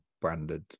branded